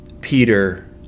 Peter